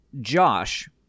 Josh